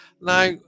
now